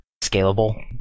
scalable